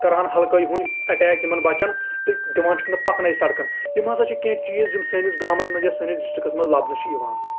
کران ہلہٕ کٲر ہوٗنۍ اٹیک یِمن بچن تہٕ دِوان چھِکھ نہٕ پَکنے سَڑکن یِم ہسا چھِ کیٚنٛہہ چیٖز یِم سٲنِس گامَس منٛز یا سٲنِس ڈسٹرکس منٛز لَبنہٕ چھِ یِوان